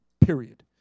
period